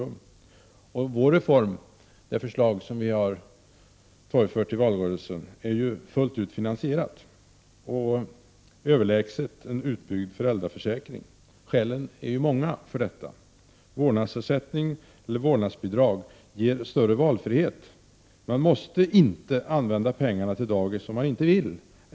Det reformförslag som vi har torgfört i valrörelsen är fullt ut finansierat och överlägset en utbyggd föräldraförsäkring. Skälen är många för detta. Vårdnadsersättning eller vårdnadsbidrag ger större valfrihet. Man måste inte använda pengarna till daghem om man inte vill.